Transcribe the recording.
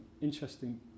interesting